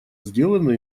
сделанное